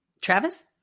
Travis